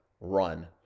run